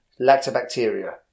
lactobacteria